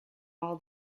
all